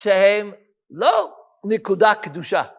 שהם לא נקודה קדושה.